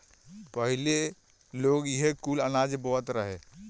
पहिले लोग इहे कुल अनाज बोअत रहे